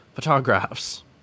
Photographs